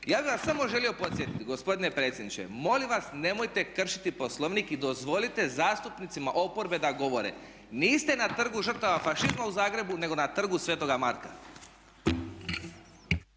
Ja bih vas samo želio podsjetiti gospodine predsjedniče molim vas nemojte kršiti Poslovnik i dozvolite zastupnicima oporbe da govore. Niste na trgu žrtava fašizma u Zagrebu nego na trgu svetoga Marka.